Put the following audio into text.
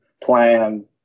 plan